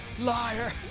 Liar